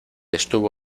estuvo